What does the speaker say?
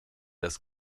das